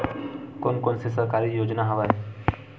कोन कोन से सरकारी योजना हवय?